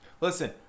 Listen